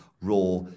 raw